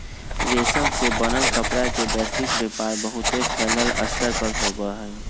रेशम से बनल कपड़ा के वैश्विक व्यापार बहुत फैल्ल स्तर पर होबा हई